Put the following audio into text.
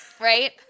Right